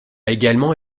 également